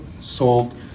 sold